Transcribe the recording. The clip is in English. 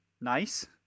nice